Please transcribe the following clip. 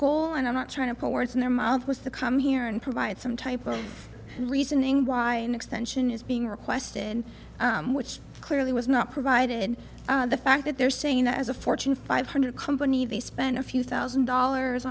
goal and i'm not trying to put words in their mouth was the come here and provide some type of reasoning why an extension is being requested which clearly was not provided the fact that they're saying that as a fortune five hundred company they spent a few thousand dollars